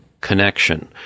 connection